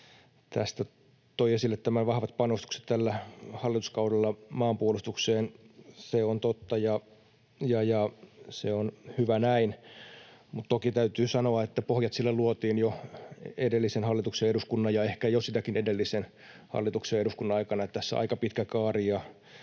on vahvat panostukset maanpuolustukseen. Se on totta, ja se on hyvä näin, mutta toki täytyy sanoa, että pohjat sille luotiin jo edellisen hallituksen ja eduskunnan ja ehkä jo sitäkin edeltävän hallituksen ja eduskunnan aikana. Tässä on aika pitkä kaari,